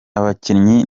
abakinnyi